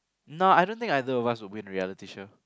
no I don't think either of us will win reality show